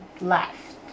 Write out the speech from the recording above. left